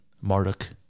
Marduk